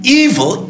evil